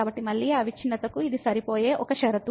కాబట్టి మళ్ళీ అవిచ్ఛిన్నత కు ఇది సరిపోయే ఒక షరతు